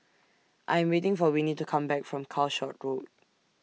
I Am waiting For Winnie to Come Back from Calshot Road